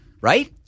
right